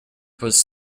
was